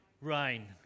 Rain